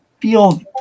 feel